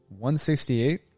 168